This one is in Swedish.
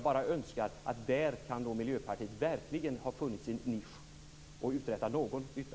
Här kan Miljöpartiet verkligen ha funnit sin nisch och uträtta någon nytta.